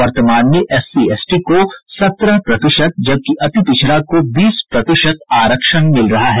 वर्तमान में SC ST को सत्रह प्रतिशत जबकि अतिपिछड़ा को बीस प्रतिशत आरक्षण मिल रहा है